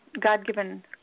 God-given